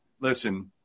listen